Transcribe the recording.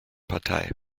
partei